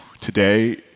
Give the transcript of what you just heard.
today